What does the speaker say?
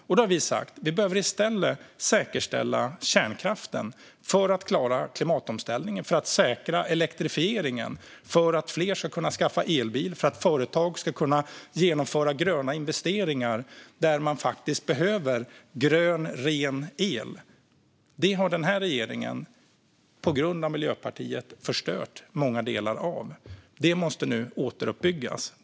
Vi har sagt att vi i stället behöver säkerställa kärnkraften, för att klara klimatomställningen och för att säkra elektrifieringen, så att fler ska kunna skaffa elbil och så att företag ska kunna genomföra gröna investeringar där man behöver grön, ren el. Det har den här regeringen, på grund av Miljöpartiet, förstört många delar av. Det måste nu återuppbyggas.